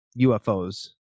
UFOs